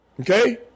Okay